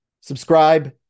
subscribe